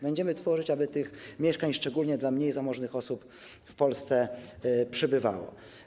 Będziemy je tworzyć, aby tych mieszkań, szczególnie dla mniej zamożnych osób w Polsce, przybywało.